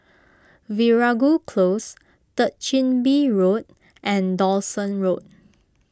Veeragoo Close Third Chin Bee Road and Dawson Road